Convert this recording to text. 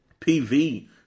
PV